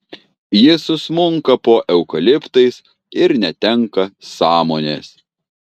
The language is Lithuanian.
ji susmunka po eukaliptais ir netenka sąmonės